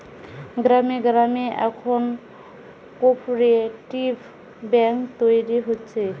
গ্রামে গ্রামে এখন কোপরেটিভ বেঙ্ক তৈরী হচ্ছে